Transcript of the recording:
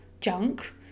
junk